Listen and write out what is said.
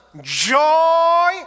joy